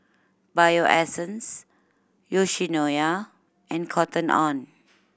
Bio Essence Yoshinoya and Cotton On